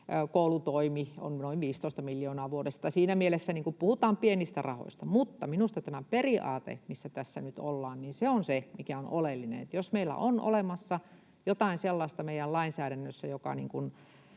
koulutoimi on noin 15 miljoonaa vuodessa, niin että siinä mielessä puhutaan pienistä rahoista. Mutta minusta tämä periaate, missä tässä nyt ollaan, on se, mikä on oleellinen. Jos meillä on olemassa jotain sellaista meidän lainsäädännössämme, joka